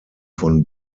von